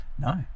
No